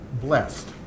blessed